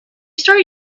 start